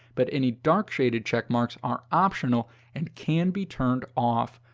but any dark-shaded checkmarks are optional and can be turned off.